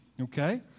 okay